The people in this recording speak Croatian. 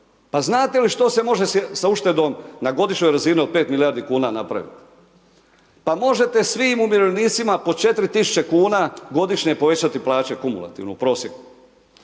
Pa znate li što se može s uštedom na godišnjoj razini od 5 milijardi kuna napravit, pa možete svim umirovljenicima po 4.000 kuna godišnje povećati plaće kumulativno u prosjeku,